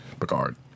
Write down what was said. Picard